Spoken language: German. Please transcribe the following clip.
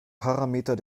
parameter